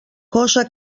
cosa